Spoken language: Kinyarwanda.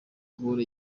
guhora